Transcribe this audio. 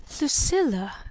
lucilla